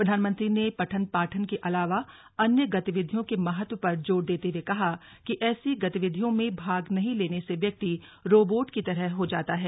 प्रधानमंत्री ने पठन पाठन के अलावा अन्य गतिविधियों के महत्व पर जोर देते हुए कहा कि ऐसी गतिविधियों में भाग नहीं लेने से व्यक्ति रॉबोट की तरह हो जाता है